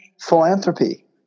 philanthropy